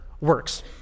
works